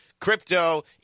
Crypto